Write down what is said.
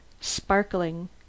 sparkling